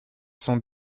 sont